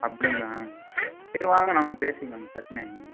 அப்படிங்ளா சரி வாங்க நம்ம பேசிக்கலாங்க பிரச்சனை இல்லைங்க